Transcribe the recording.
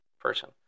Person